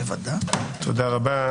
תודה רבה.